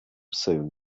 soon